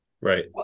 Right